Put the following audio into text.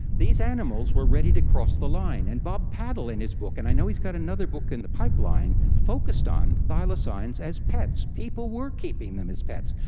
these animals were ready to cross the line. and bob paddle in his book, and i know he's got another book in the pipeline, focused on thylacines as pets. people were keeping them as pets.